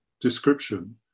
description